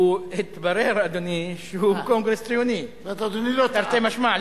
התברר, אדוני, שהוא קונגרס ציוני, תרתי משמע.